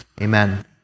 Amen